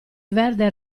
verde